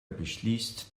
beschließt